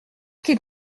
qu’il